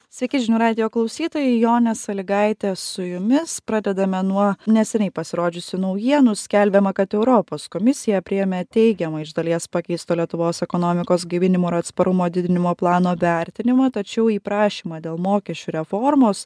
sveiki žinių radijo klausytojai jonė sąlygaitė su jumis pradedame nuo neseniai pasirodžiusių naujienų skelbiama kad europos komisija priėmė teigiamą iš dalies pakeisto lietuvos ekonomikos gaivinimo ir atsparumo didinimo plano vertinimą tačiau į prašymą dėl mokesčių reformos